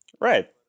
Right